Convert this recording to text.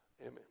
Amen